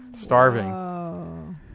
starving